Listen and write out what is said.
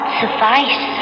suffice